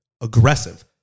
aggressive